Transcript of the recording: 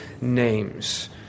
names